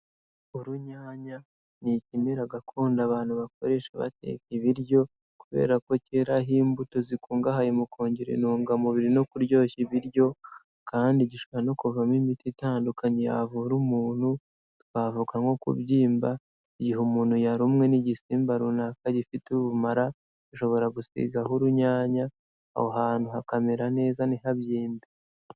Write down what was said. Urunyanya ni ikimera gakondo abantu bakoresha bateka ibiryo kubera ko cyeraho imbuto zikungahaye mu kongera intungamubiri no kuryoshya ibiryo kandi gishobora no kuvamo imiti itandukanye yavura umuntu, twavuga nko kubyimba, igihe umuntu yarumwe n'igisimba runaka gifite ubumara, ashobora gusigaho urunyanya, aho hantu hakamera neza ntihabyimbe.